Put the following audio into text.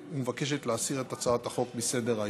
ומבקשת להסיר את הצעת החוק מסדר-היום.